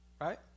Right